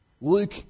Luke